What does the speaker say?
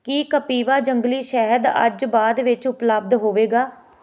ਕੀ ਕਪਿਵਾ ਜੰਗਲੀ ਸ਼ਹਿਦ ਅੱਜ ਬਾਅਦ ਵਿੱਚ ਉਪਲੱਬਧ ਹੋਵੇਗਾ